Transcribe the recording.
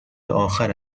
آخر